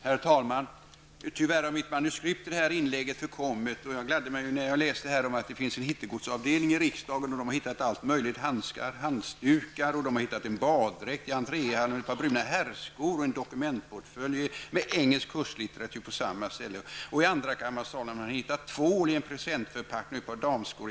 Herr talman! Tyvärr har mitt manuskript till det här inlägget förkommit, och jag gladde mig därför när jag läste att det i riksdagen finns en hittegodsavdelning där allt möjligt har lämnats in. Man har hittat handskar och halsdukar, och man har hittat en baddräkt i entréhallen. Man har hittat ett par bruna herrskor och en dokumentportfölj med engelsk kurslitteratur. I andrakammarsalen har man hittat tvål i presentförpackning och ett par damskor.